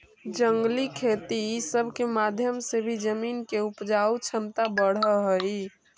जंगली खेती ई सब के माध्यम से भी जमीन के उपजाऊ छमता बढ़ हई